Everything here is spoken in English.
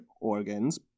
organs